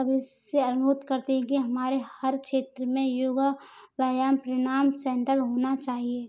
अब इससे अनुरोध करते हैं कि हमारे हर क्षेत्र में योगा व्यायाम प्रणाम सेंटर होना चाहिये